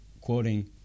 quoting